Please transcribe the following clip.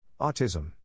Autism